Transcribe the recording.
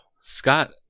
Scott